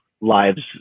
lives